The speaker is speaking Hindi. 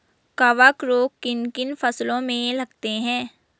कवक रोग किन किन फसलों में लगते हैं?